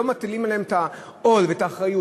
לא מטילים עליהם את העול ואת האחריות.